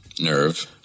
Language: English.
Nerve